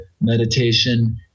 meditation